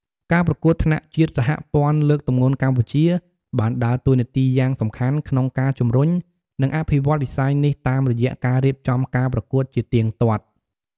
ការប្រកួតថ្នាក់ជាតិ សហព័ន្ធលើកទម្ងន់កម្ពុជា បានដើរតួនាទីយ៉ាងសំខាន់ក្នុងការជំរុញ និងអភិវឌ្ឍន៍វិស័យនេះតាមរយៈការរៀបចំការប្រកួតជាទៀងទាត់។